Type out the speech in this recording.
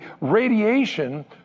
radiation